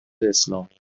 اسلامی